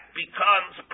becomes